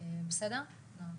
בסדר, נעה?